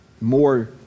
more